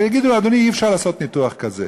יגידו: אדוני, אי-אפשר לעשות ניתוח כזה.